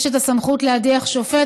יש הסמכות להדיח שופט.